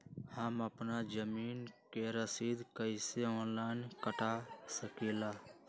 हम अपना जमीन के रसीद कईसे ऑनलाइन कटा सकिले?